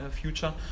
future